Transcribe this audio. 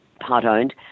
part-owned